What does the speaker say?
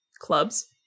clubs